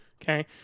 Okay